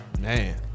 Man